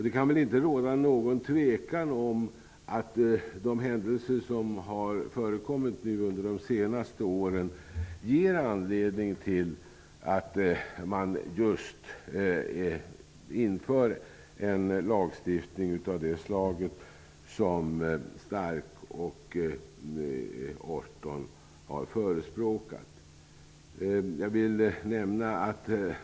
Det kan väl inte råda någon tvekan om att de händelser som har förekommit under de senaste åren ger anledning till ett införande av en sådan lagstiftning som Stark och Orton har förespråkat.